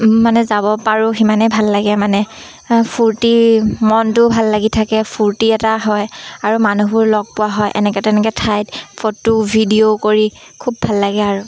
মানে যাব পাৰোঁ সিমানেই ভাল লাগে মানে ফূৰ্তি মনটোও ভাল লাগি থাকে ফূৰ্তি এটা হয় আৰু মানুহবোৰ লগ পোৱা হয় এনেকৈ তেনেকৈ ঠাইত ফটো ভিডিঅ' কৰি খুব ভাল লাগে আৰু